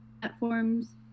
Platforms